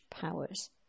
powers